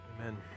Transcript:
Amen